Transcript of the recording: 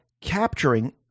capturing